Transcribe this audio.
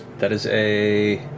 that is a